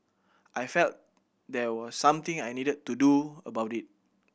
I felt there was something I needed to do about it